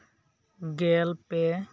ᱜᱮᱞ ᱯᱮ